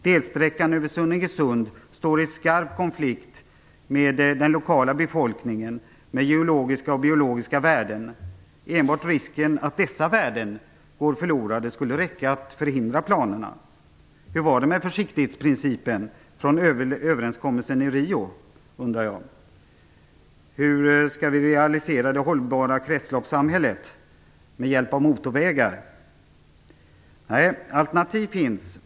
Delsträckan över Sunningesund står i skarp konflikt med den lokala befolkningen och med geologiska och biologiska värden. Enbart risken att dessa värden går förlorade borde räcka för att förhindra planerna. Hur var det med försiktighetsprincipen från överenskommelsen i Rio, undrar jag. Hur skall vi realisera det hållbara kretsloppssamhället med hjälp av motorvägar? Alternativ finns.